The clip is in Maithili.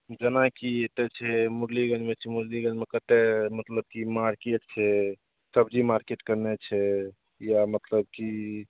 जेनाकि एतए छै मुरलीगञ्जमे छै मुरलीगञ्जमे कतए मतलब कि मारकेट छै सबजी मारकेट कोन्ने छै या मतलब कि